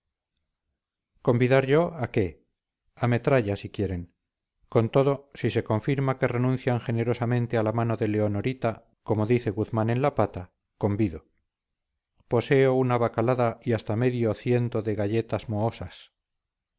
convidar yo a qué a metralla si quieren con todo si se confirma que renuncian generosamente a la mano de leonorita como dice guzmán en la pata convido poseo una bacalada y hasta medio ciento de galletas mohosas